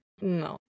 No